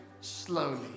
slowly